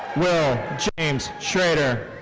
will james schroder.